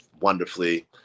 wonderfully